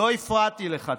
לא הפרעתי לך.